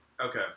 Okay